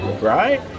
right